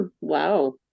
Wow